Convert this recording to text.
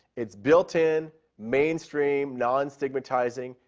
it's built in, mainstream, non-stigmatizing,